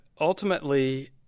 ultimately